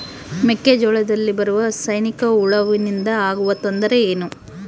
ಮೆಕ್ಕೆಜೋಳದಲ್ಲಿ ಬರುವ ಸೈನಿಕಹುಳುವಿನಿಂದ ಆಗುವ ತೊಂದರೆ ಏನು?